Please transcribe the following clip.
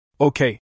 Okay